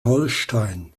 holstein